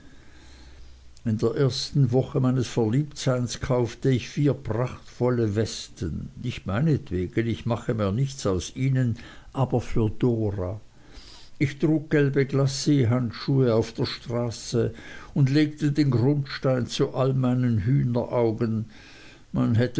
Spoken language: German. in der ersten woche meines verliebtseins kaufte ich vier prachtvolle westen nicht meinetwegen ich machte mir nichts aus ihnen aber für dora ich trug gelbe glacehandschuhe auf der straße und legte den grundstein zu all meinen hühneraugen man hätte